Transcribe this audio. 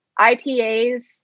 IPAs